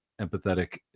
empathetic